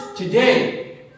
today